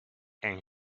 and